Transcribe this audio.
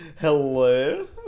Hello